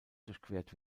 durchquert